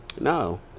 no